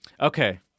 Okay